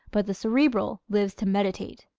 but the cerebral lives to meditate.